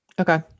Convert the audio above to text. Okay